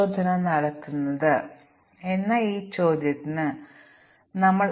ഇനി നമുക്ക് ഈ സമീപനങ്ങൾ നോക്കാം